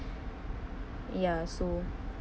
ya so